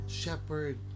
shepherd